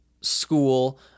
school